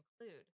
include